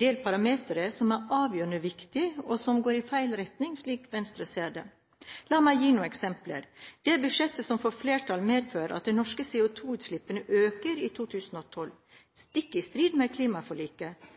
del parametre som er avgjørende, og som går i feil retning, slik Venstre ser det. La meg gi noen eksempler: Det budsjettet som får flertall, medfører at de norske CO2-utslipppene øker i 2012, stikk i strid med klimaforliket.